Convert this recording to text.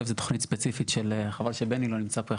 היא תוכנית ספציפית של חבל שבני לא נמצא פה,